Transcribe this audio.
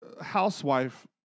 housewife